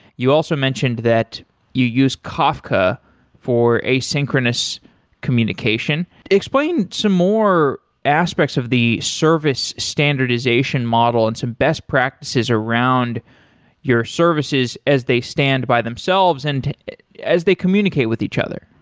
you also mentioned that you use kafka for asynchronous communication. explain some more aspects of the service standardization model and some best practices around your services as they stand by themselves and as they communicate with each other.